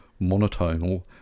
monotonal